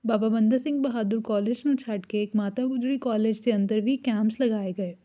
ਬਾਬਾ Banda Singh Bahadur college ਨੂੰ ਛੱਡ ਕੇ ਇੱਕ ਮਾਤਾ ਗੁਜਰੀ ਕਾਲਜ ਦੇ ਅੰਦਰ ਵੀ ਕੈਮਸ ਲਗਾਏ ਗਏ